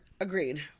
Agreed